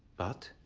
but